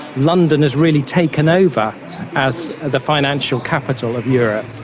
london has really taken over as the financial capital of europe.